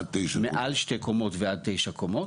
מעל שתי קומות ועד תשע קומות.